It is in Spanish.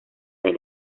del